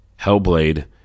Hellblade